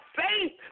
faith